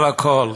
על הכול,